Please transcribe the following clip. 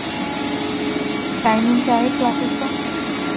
timing کیا ہے classes کا